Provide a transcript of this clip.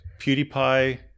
PewDiePie-